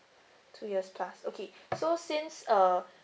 two years time okay so since uh